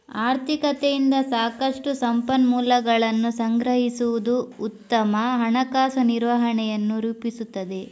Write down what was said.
ಆರ್ಥಿಕತೆಯಿಂದ ಸಾಕಷ್ಟು ಸಂಪನ್ಮೂಲಗಳನ್ನು ಸಂಗ್ರಹಿಸುವುದು ಉತ್ತಮ ಹಣಕಾಸು ನಿರ್ವಹಣೆಯನ್ನು ರೂಪಿಸುತ್ತದೆ